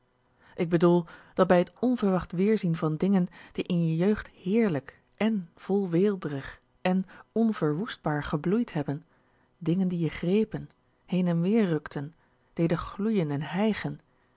ik bedoel dat bij het onverwacht weerzien van dingen die in je jeugd heerlijk èn volweeldrig èn onverwoestbaar gebloeid hebben dingen die je grepen heen en weer rukten deden gloeien en hijgen